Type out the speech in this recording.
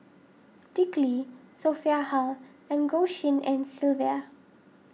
Dick Lee Sophia Hull and Goh Tshin En Sylvia